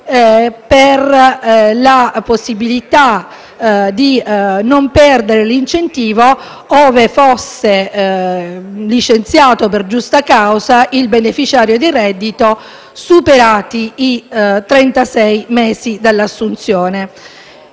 alla possibilità di non perdere l'incentivo ove fosse licenziato per giusta causa il beneficiario del reddito superati i trentasei mesi dall'assunzione.